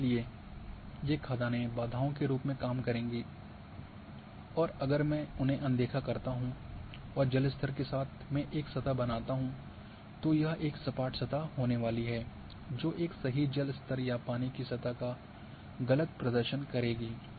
और इसलिए ये खदाने बाधाओं के रूप में काम करेगी और अगर मैं उन्हें अनदेखा करता हूं और जल स्तर के साथ में एक सतह बनाता हूं तो यह एक सपाट सतह होने वाली है जो एक सही जल स्तर या पानी की सतह का गलत प्रदर्शन करेगी